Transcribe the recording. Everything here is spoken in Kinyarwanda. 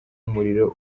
umuriro